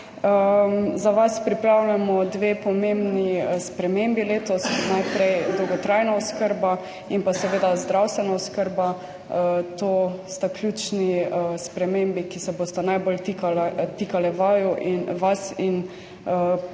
Za vas pripravljamo dve pomembni spremembi, letos, najprej dolgotrajna oskrba in pa seveda zdravstvena oskrba. To sta ključni spremembi, ki se bosta najbolj tikale vas in predvidevam,